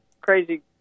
crazy